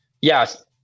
Yes